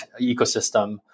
ecosystem